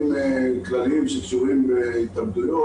פורסם דוח מבקר המדינה שבדק את סוגיית האובדנות,